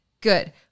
Good